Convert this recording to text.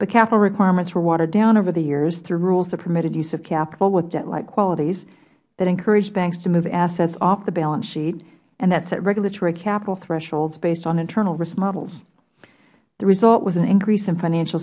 the capital requirements were watered down over the years through rules that permitted use of capital with debt like qualities that encouraged banks to move assets off the balance sheet and that set regulatory capital thresholds based on internal risk models the result was an increase in financial